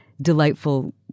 delightful